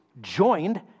joined